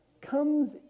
comes